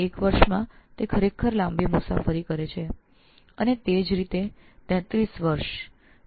એક વર્ષમાં તે ખરેખર અત્યંત દીર્ઘ પ્રવાસ કરે છે અને તે જ રીતે 33 વર્ષમાં